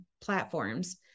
platforms